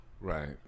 Right